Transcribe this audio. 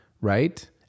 right